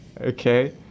Okay